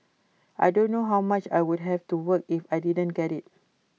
I don't know how much I would have to work if I didn't get IT